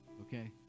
Okay